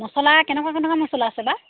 মচলা কেনেকুৱা কেনেকুৱা মচলা আছে বা